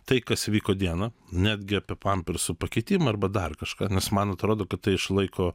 tai kas įvyko dieną netgi apie pampersų pakeitimą arba dar kažką nes man atrodo kad tai išlaiko